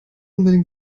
unbedingt